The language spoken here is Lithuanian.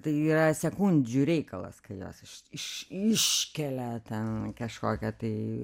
tai yra sekundžių reikalas kai jos iš iškelia ten kažkokią tai